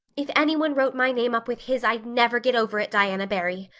if anyone wrote my name up with his i'd never get over it, diana barry.